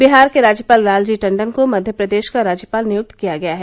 बिहार के राज्यपाल लालजी टंडन को मध्य प्रदेश का राज्यपाल नियुक्त किया गया है